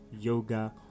yoga